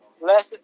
less